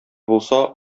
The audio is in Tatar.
булса